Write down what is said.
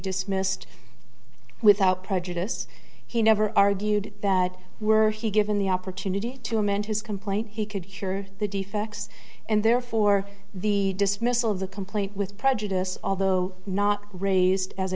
dismissed without prejudice he never argued that were he given the opportunity to amend his complaint he could cure the defects and therefore the dismissal of the complaint with prejudice although not raised as